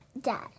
Dad